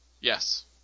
Yes